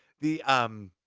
the um.